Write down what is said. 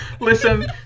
Listen